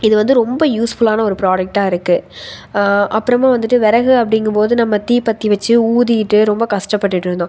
இது வந்து ரொம்ப யூஸ்ஃபுல்லான ஒரு ப்ராடக்டாக இருக்குது அப்புறமா வந்துட்டு விறகு அப்படிங்கும் போது நம்ம தீப்பற்றி வைச்சு ஊதிட்டு ரொம்ப கஷ்டப்பட்டுகிட்ருந்தோம்